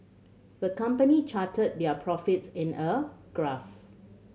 the company charted their profits in a graph